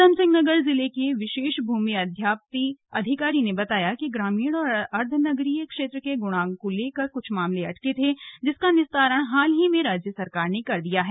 ऊधमसिंह नगर जिले के विशेष भूमि अध्याप्ति अधिकारी ने बताया कि ग्रामीण और अर्धनगरीय क्षेत्र के गुणांक को लेकर कुछ मामले अटके थे जिसका निस्तारण हाल ही में राज्य सरकार ने कर दिया है